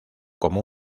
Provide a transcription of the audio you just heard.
como